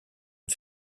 une